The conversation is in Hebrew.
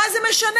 מה זה משנה?